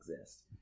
exist